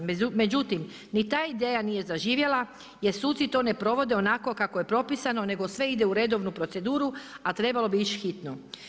Međutim, ni ta ideja nije zaživjela jer suci to ne provode onako kako je propisano, nego sve ide u redovnu proceduru, a trebalo bi ići hitno.